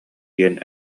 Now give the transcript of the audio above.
диэн